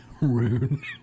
Rune